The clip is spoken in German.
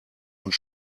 und